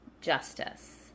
justice